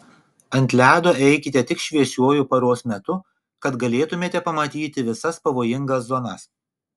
ant ledo eikite tik šviesiuoju paros metu kad galėtumėte pamatyti visas pavojingas zonas